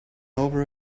over